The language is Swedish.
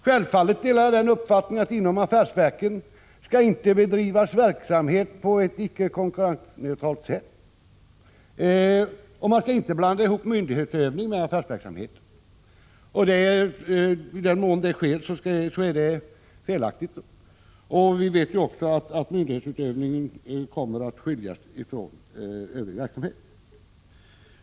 Självfallet delar jag uppfattningen att det inom affärsverken inte skall bedrivas verksamhet på ett icke konkurrensneutralt sätt och även att myndighetsutövning inte skall blandas samman med affärsverksamhet. I den mån så skett är det felaktigt. Vi vet också att myndighetsutövningen kommer att skiljas från övrig verksamhet.